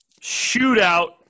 Shootout